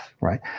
right